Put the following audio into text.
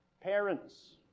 Parents